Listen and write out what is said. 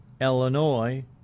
Illinois